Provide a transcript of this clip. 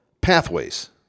Pathways